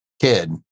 kid